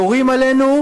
יורים עלינו,